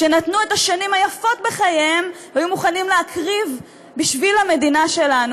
שנתנו את השנים היפות בחייהם והיו מוכנים להקריב בשביל המדינה שלנו,